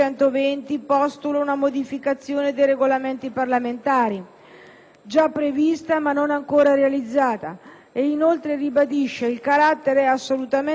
già prevista ma non ancora realizzata e, inoltre, ribadisce il carattere assolutamente necessario dell'intesa in sede di Conferenza unificata;